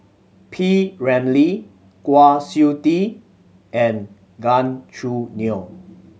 P Ramlee Kwa Siew Tee and Gan Choo Neo